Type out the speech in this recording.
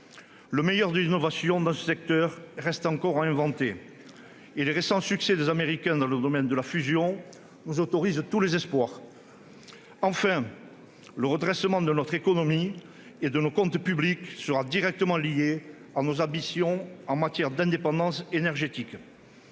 le meilleur de l'innovation reste encore à inventer et les récents succès des Américains dans le domaine de la fusion nous autorisent tous les espoirs. Enfin, le redressement de notre économie et de nos comptes publics sera directement lié à nos ambitions en matière d'indépendance énergétique.